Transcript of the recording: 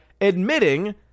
admitting